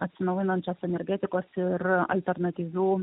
atsinaujinančios energetikos ir alternatyvių